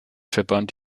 verband